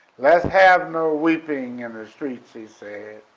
let's have no weeping in the streets he said,